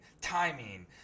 timing